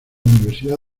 universidad